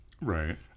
Right